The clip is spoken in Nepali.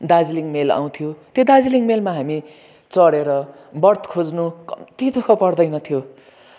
दार्जिलिङ मेल आउँथ्यो त्यो दार्जिलिङ मेलमा हामी चढेर बर्थ खोज्नु कम्ती दुःख पर्दैनथ्यो